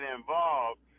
involved